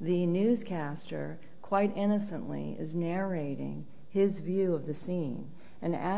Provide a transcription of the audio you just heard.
the newscaster quite innocently is narrating his view of the scene and a